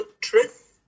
truth